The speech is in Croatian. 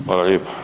Hvala lijepo.